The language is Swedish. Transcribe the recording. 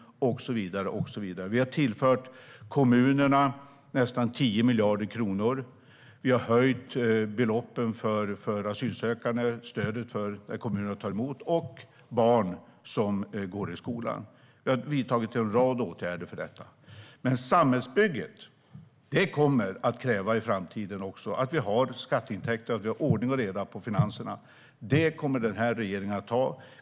Vi har tillfört kommunerna nästan 10 miljarder kronor. Vi har höjt stödet för kommunernas mottagande av asylsökande och barn som går i skolan. Vi har vidtagit en rad åtgärder. Men samhällsbygget kommer också i framtiden att kräva att vi får skatteintäkter och att vi har ordning och reda i finanserna. Det kommer den här regeringen att ha.